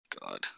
God